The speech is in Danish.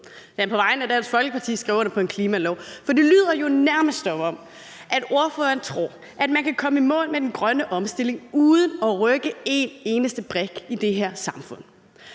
af Dansk Folkeparti skrev under på en klimalov, for det lyder jo nærmest, som om ordføreren tror, man kan komme i mål med den grønne omstilling uden at rykke en eneste brik i det her samfund.